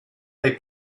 they